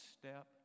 step